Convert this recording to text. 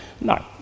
No